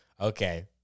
Okay